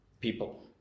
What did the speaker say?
people